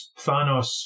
Thanos